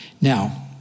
Now